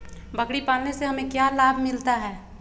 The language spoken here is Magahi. बकरी पालने से हमें क्या लाभ मिलता है?